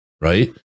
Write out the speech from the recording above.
right